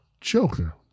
Joker